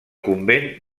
convent